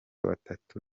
batatu